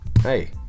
Hey